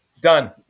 Done